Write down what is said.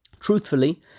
Truthfully